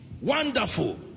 wonderful